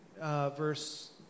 verse